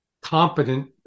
competent